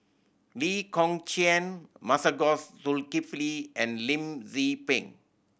Lee Kong Chian Masagos Zulkifli and Lim Tze Peng